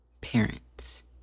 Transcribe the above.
parents